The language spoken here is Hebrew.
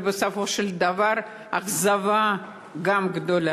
אבל בסופו של דבר גם אכזבה גדולה.